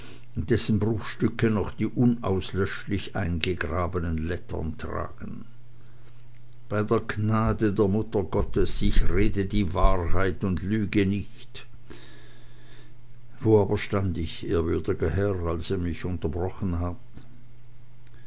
dessen bruchstücke noch die unauslöschlich eingegrabenen lettern tragen bei der gnade der mutter gottes ich rede die wahrheit und lüge nicht wo aber stand ich ehrwürdiger herr als ihr mich unterbrochen habt